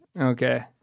okay